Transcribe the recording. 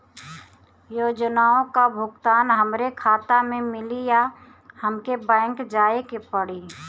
योजनाओ का भुगतान हमरे खाता में मिली या हमके बैंक जाये के पड़ी?